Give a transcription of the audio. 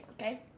okay